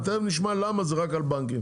תיכף נשמע למה זה רק על בנקים.